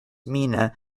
mina